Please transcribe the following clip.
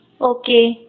Okay